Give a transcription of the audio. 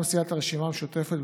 מטעם סיעת הרשימה המשותפת,